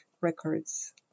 Records